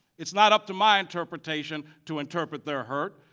it's not up to my interpretation to interpret their hurt,